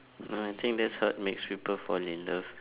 but I think that's what makes people fall in love